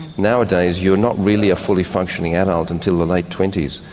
nowadays you're not really a fully functioning adult until the late twenty s,